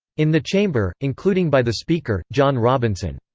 in the chamber, including by the speaker, john robinson.